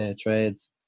trades